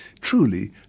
truly